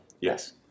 Yes